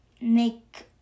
make